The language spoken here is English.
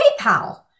PayPal